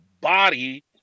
body